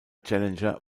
challenger